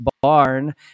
barn